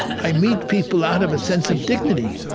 i meet people out of a sense of dignity.